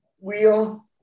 wheel